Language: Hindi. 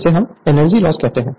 जिसे हम एनर्जी लॉस कहते हैं